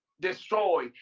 destroy